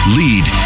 lead